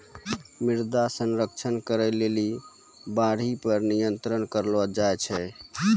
मृदा संरक्षण करै लेली बाढ़ि पर नियंत्रण करलो जाय छै